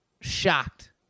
shocked